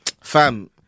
fam